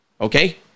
Okay